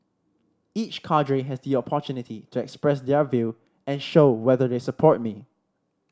each cadre has the opportunity to express their view and show whether they support me